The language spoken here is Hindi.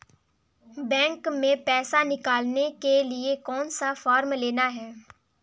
बैंक में पैसा निकालने के लिए कौन सा फॉर्म लेना है?